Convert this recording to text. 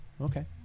Okay